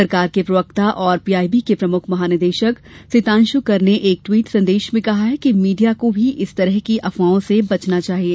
सरकार के प्रवक्ता और पीआईबी के प्रमुख महनिदेशक सितांशु कर ने एक ट्वीट संदेश में कहा कि मीडिया को भी इस तरह की अफवाहों से बचना चाहिये